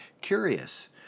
curious